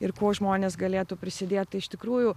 ir kuo žmonės galėtų prisidėt tai iš tikrųjų